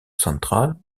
central